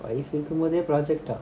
wife இருக்கும்போதே:irukkumpode project ah